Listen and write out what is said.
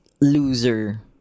loser